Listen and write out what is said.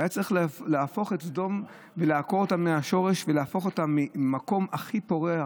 והוא היה צריך לעקור את סדום ולהפוך אותה ממקום הכי פורח,